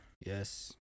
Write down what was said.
Yes